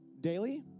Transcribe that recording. daily